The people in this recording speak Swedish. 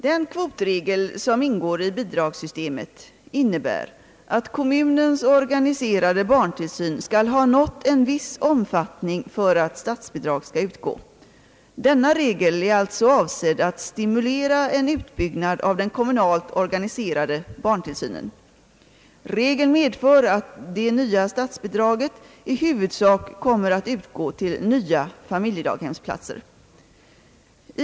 Den kvotregel som ingår i bidragssystemet innebär att kommunens organiserade barntillsyn skall ha nått en viss omfattning för att statsbidrag skall utges. Denna regel är alltså avsedd att stimulera en utbyggnad av den kommunalt organiserade barntillsynen. Regeln medför att det nya statsbidraget i huvudsak kommer att utgå till nya familjedaghemsplatser.